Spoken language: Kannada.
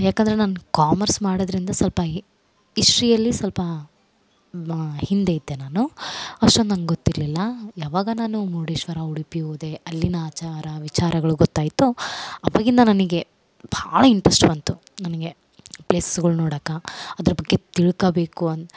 ಯಾಕಂದರೆ ನಾನು ಕಾಮರ್ಸ್ ಮಾಡೋದ್ರಿಂದ ಸ್ವಲ್ಪ ಹಿಸ್ಟ್ರಿಯಲ್ಲಿ ಸ್ವಲ್ಪ ಹಿಂದೆ ಇದ್ದೆ ನಾನು ಅಷ್ಟೊಂದು ನಂಗೆ ಗೊತ್ತಿರಲಿಲ್ಲ ಯಾವಾಗ ನಾನು ಮುರುಡೇಶ್ವರ ಉಡುಪಿ ಹೋದೆ ಅಲ್ಲಿನ ಆಚಾರ ವಿಚಾರಗಳು ಗೊತಾಯ್ತೋ ಅವಾಗಿಂದ ನನಗೆ ಭಾಳ ಇಂಟ್ರೆಸ್ಟ್ ಬಂತು ನನಗೆ ಪ್ಲೇಸ್ಗಳ್ ನೋಡೊಕ್ ಅದ್ರ ಬಗ್ಗೆ ತಿಳ್ಕೊಬೇಕು ಅನ್ನೊ